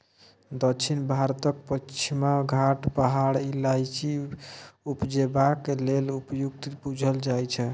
दक्षिण भारतक पछिमा घाट पहाड़ इलाइचीं उपजेबाक लेल उपयुक्त बुझल जाइ छै